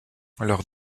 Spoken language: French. lors